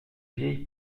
vieille